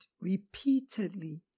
repeatedly